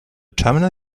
terminal